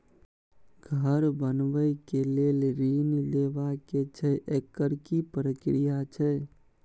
घर बनबै के लेल ऋण लेबा के छै एकर की प्रक्रिया छै?